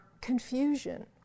confusion